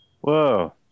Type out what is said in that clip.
Whoa